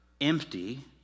empty